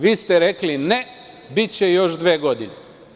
Vi ste rekli – ne, biće još dve godine.